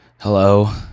Hello